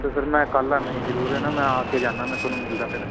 ਚਲੋ ਸਰ ਮੈਂ ਕੱਲ੍ਹ ਆਉਂਦਾ ਜੀ ਜ਼ਰੂਰ ਹੈ ਨਾ ਮੈਂ ਆ ਕੇ ਜਾਂਦਾ ਮੈਂ ਤੁਹਾਨੂੰ ਮਿਲਦਾ ਫਿਰ